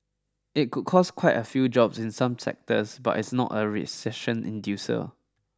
it could cost quite a few jobs in some sectors but it's not a recession inducer